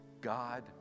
God